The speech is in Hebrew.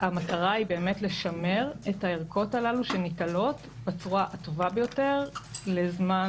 שהמטרה היא לשמר את הערכות הללו שניטלות בצורה הטובה ביותר לזמן